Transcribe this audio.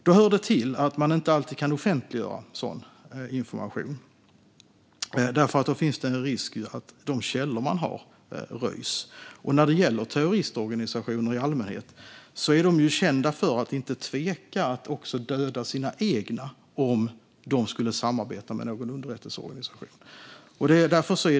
Då hör det till att man inte alltid kan offentliggöra sådan information eftersom det då finns en risk för att de källor man har röjs. När det gäller terroristorganisationer i allmänhet är de kända för att inte tveka att också döda sina egna om dessa skulle samarbeta med någon underrättelseorganisation.